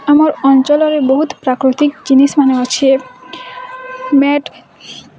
ଆମର୍ ଅଞ୍ଚଲରେ ବହୁତ୍ ପ୍ରାକୃତିକ୍ ଜିନିଷ୍ମାନେ ଅଛେ ମ୍ୟାଟ୍